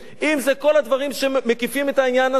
אם כל הדברים שמקיפים את העניין הזה,